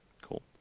Cool